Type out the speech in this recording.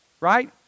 right